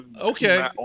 Okay